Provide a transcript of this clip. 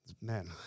man